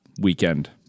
weekend